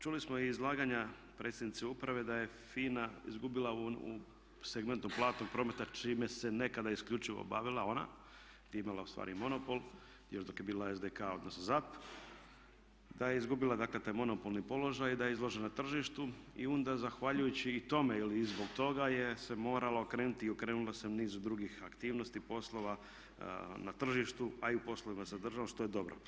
Čuli smo i izlaganja predsjednice uprave da je FINA izgubila u segmentu platnog prometa čime se nekada isključivo bavila ona di je imala u stvari i monopol još dok je bila SDK odnosno ZAP, da je izgubila dakle taj monopolni položaj i da je izložena tržištu i onda zahvaljujući i tome ili i zbog toga se morala okrenuti i okrenula se nizu drugih aktivnosti, poslova na tržištu, a i u poslovima za državu što je dobro.